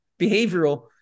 behavioral